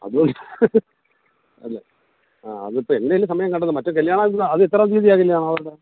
അത് അത് ആ അതിപ്പം എങ്ങനെയെങ്കിലും സമയം കണ്ടെത്ത് മറ്റ് കല്യാണ ആവശ്യം അത് എത്രാം തീയതിയാ കല്യാണം അവരുടെ